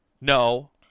No